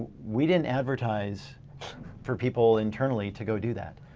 we didn't advertise for people internally to go do that.